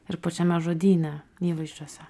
ir pačiame žodyne įvaizdžiuose